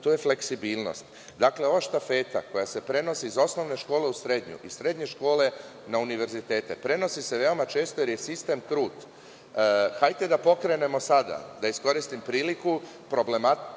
To je fleksibilnost. Ova štafeta koja se prenosi iz osnovne škole u srednju, iz srednje na univerzitete, prenosi se veoma često jer je sistem trut. Hajde da sada pokrenemo, da iskoristim priliku, problematiku